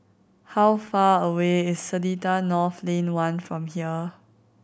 how far away is Seletar North Lane One from here